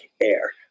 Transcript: air